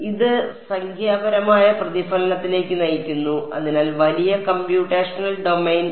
അതിനാൽ ഇത് സംഖ്യാപരമായ പ്രതിഫലനത്തിലേക്ക് നയിക്കുന്നു അതിനാൽ വലിയ കമ്പ്യൂട്ടേഷണൽ ഡൊമെയ്ൻ